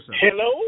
Hello